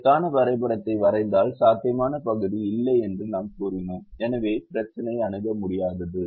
இதற்கான வரைபடத்தை வரைந்தால் சாத்தியமான பகுதி இல்லை என்று நாம் கூறினோம் எனவே பிரச்சினை அணுக முடியாதது